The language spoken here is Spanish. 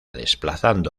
desplazando